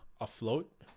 afloat